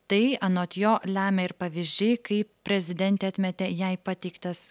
tai anot jo lemia ir pavyzdžiai kaip prezidentė atmetė jai pateiktas